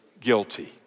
guilty